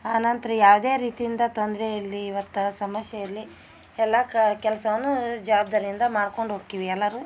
ಆನಂತರ ಯಾವುದೇ ರೀತಿಯಿಂದ ತೊಂದ್ರೆ ಇಲ್ಲಿ ಇವತ್ತು ಸಮಸ್ಯೆ ಇರಲಿ ಎಲ್ಲ ಕಾ ಕೆಲಸವನ್ನು ಜವಾಬ್ದಾರಿಯಿಂದ ಮಾಡ್ಕೊಂಡು ಹೋಕ್ಕಿವಿ ಎಲ್ಲರು